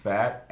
Fat